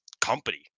company